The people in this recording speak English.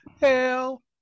hell